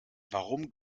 warum